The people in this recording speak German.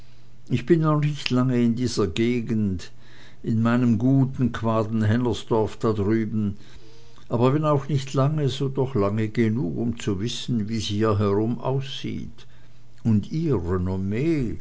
ich bin noch nicht lang in dieser gegend in meinem guten quaden hennersdorf da drüben aber wenn auch nicht lange so doch lange genug um zu wissen wie's hierherum aussieht und ihr renommee